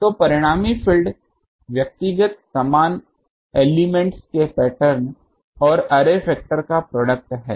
तो परिणामी फील्ड व्यक्तिगत समान एलिमेंट्स के पैटर्न और अर्रे फैक्टर का प्रोडक्ट है